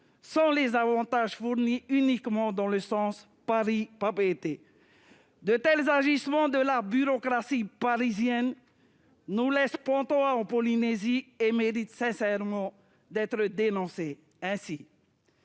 sans les avantages fournis uniquement dans le sens Paris-Papeete. De tels agissements de la bureaucratie parisienne nous laissent pantois en Polynésie et méritent d'être ouvertement dénoncés.